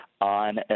on